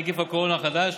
נגיף הקורונה החדש),